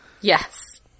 Yes